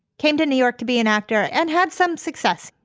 came to new york to be an actor and had some success.